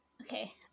Okay